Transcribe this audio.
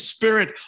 Spirit